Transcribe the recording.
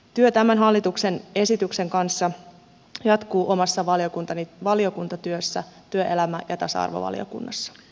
työ tämän hallituksen esityksen kanssa jatkuu omassa valiokuntatyössäni työelämä ja tasa arvovaliokunnassa